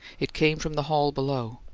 it came from the hall below.